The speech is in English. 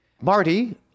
marty